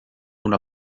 una